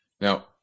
Now